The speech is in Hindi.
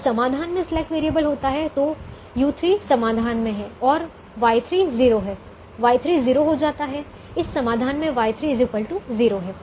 जब समाधान में स्लैक वैरिएबल होता है तो u3 समाधान में है Y3 0 है Y3 0 हो जाता है इस समाधान में Y3 0 है